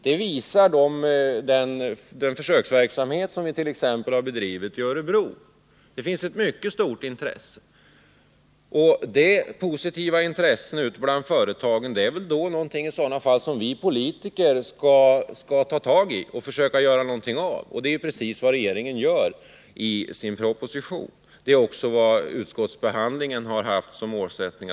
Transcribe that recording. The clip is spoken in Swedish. Det visar bl.a. den försöksverksamhet som har bedrivits i Örebro. Detta positiva intresse är väl någonting som vi politiker skall ta fatt i och försöka göra någonting av. Det är också precis vad regeringen gör i sin proposition. Det är vidare vad utskottet i sin behandling av propositionen haft som målsättning.